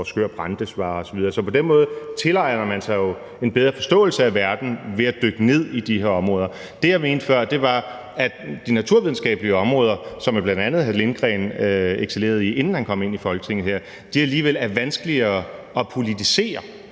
skør Brandes var osv. Så på den måde tilegner man sig jo en bedre forståelse af verden ved at dykke ned i de her områder. Det, jeg mente før, var, at de naturvidenskabelige områder, som jo bl.a. hr. Stinus Lindgreen excellerede i, inden han kom ind i Folketinget her, alligevel er vanskeligere at politisere.